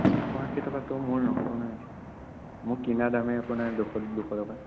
এশ আশী টকাতটো মোৰ নহ'ব নহয় মোৰ কিনা দামেই আপোনাৰ দুশ দুশ টকা